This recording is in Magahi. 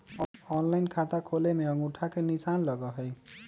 ऑनलाइन खाता खोले में अंगूठा के निशान लगहई?